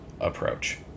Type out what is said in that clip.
approach